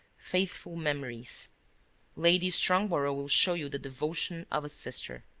faithful memories lady strongborough will show you the devotion of a sister.